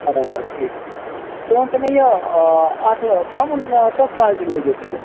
برابر ٹھیٖک ٹھیٖک تُہۍ ؤنۍتو مےٚ یہِ اَتھ دَرمُن کۄس کالٹی لٲگِو تُہۍ